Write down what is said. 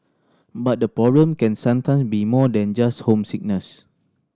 but the problem can sometimes be more than just homesickness